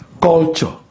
culture